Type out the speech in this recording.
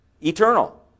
eternal